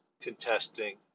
contesting